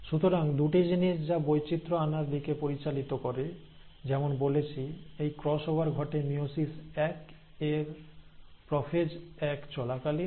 সুতরাং দুটি জিনিস যা বৈচিত্র আনার দিকে পরিচালিত করে যেমন বলেছি এই ক্রস ওভার ঘটে মিয়োসিস এক এর প্রোফেজ এক চলাকালীন